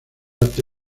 arte